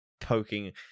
poking